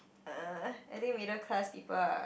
uh I think middle class people are